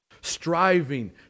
striving